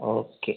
okay